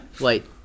Wait